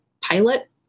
pilot